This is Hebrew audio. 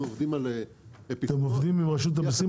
אנחנו עובדים על פתרון יחד עם רשות המיסים